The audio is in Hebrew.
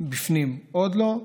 ובפנים עוד לא,